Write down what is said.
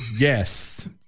Yes